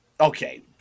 Okay